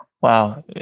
Wow